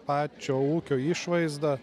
pačio ūkio išvaizdą